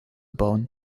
bauen